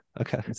Okay